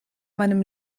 meinem